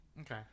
okay